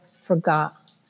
forgot